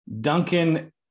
Duncan